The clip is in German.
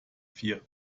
vier